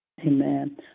Amen